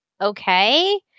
Okay